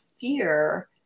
fear